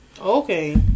okay